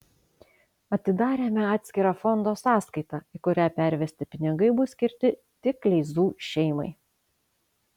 atidarėme atskirą fondo sąskaitą į kurią pervesti pinigai bus skirti tik kleizų šeimai